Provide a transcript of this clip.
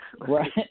Right